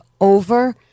over